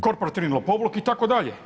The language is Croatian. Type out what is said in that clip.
Korporativni lopovluk itd.